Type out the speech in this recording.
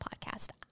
podcast